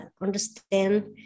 understand